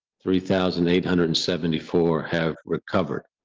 three thousand eight hundred and seventy four have recovered.